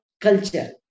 culture